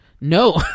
No